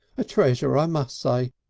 a treasure, i must say,